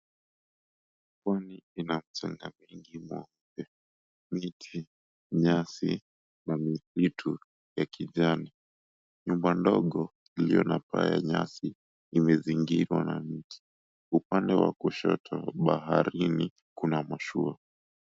Pwani ina mchanga mwingi mweupe, miti, nyasi na misitu ya kijani. Nyumba ndogo iliyo na paa ya nyasi imezingirwa na miti. upande wa kushoto baharini kuna mashua.